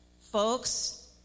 Folks